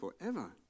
forever